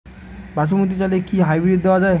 বাসমতী চালে কি হাইব্রিড দেওয়া য়ায়?